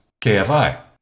KFI